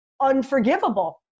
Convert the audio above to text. unforgivable